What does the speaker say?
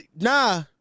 nah